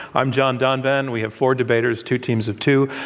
i'm john donvan. we have four debaters, two teams of two,